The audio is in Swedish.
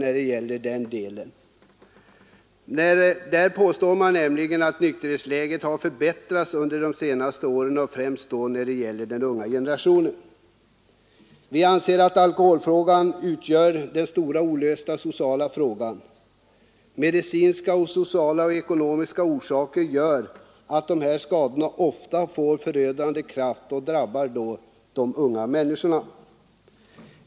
I reklamkampanjen påstår man nämligen att nykterhetsläget förbättrats under de senaste åren och främst då inom den unga generationen. Vi anser att alkoholfrågan utgör den stora olösta sociala frågan. Medicinska, sociala och ekonomiska orsaker gör att skadorna ofta får förödande kraft och drabbar de unga människorna.